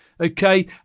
Okay